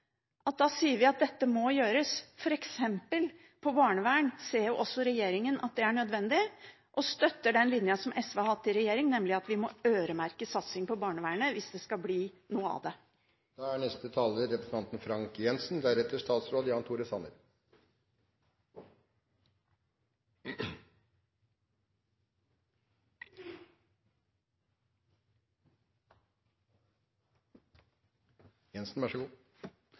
at det må gjøres. Når det gjelder barnevern, f.eks., ser jo også regjeringen at dette er nødvendig, og de støtter den linja som SV hadde i regjering, nemlig at vi må øremerke satsing på barnevernet hvis det skal bli noe av det. Av det siste innlegget kunne man få inntrykk av at bare denne kommunereformen ikke hadde hatt en tidsavgrensning, så